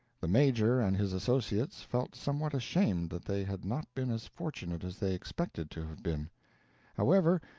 the major and his associates felt somewhat ashamed that they had not been as fortunate as they expected to have been however,